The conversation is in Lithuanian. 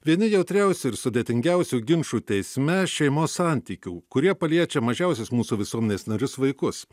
vieni jautriausių ir sudėtingiausių ginčų teisme šeimos santykių kurie paliečia mažiausius mūsų visuomenės narius vaikus